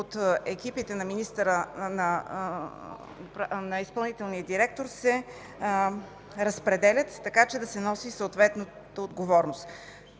от екипите на изпълнителния директор се разпределят, така че да се носи съответната отговорност.